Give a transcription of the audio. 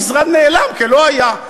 המשרד נעלם כלא היה.